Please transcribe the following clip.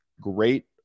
great